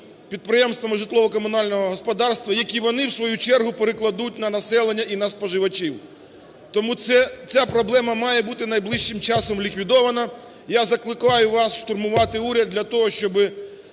підприємствами житлово-комунального господарства, які вони в свою чергу перекладуть на населення і на споживачів. Тому ця проблема має бути найближчим часом ліквідована. Я закликаю вас штурмувати уряд для того, щоб